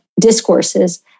discourses